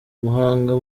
umuhanga